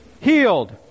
healed